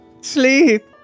Sleep